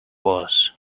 was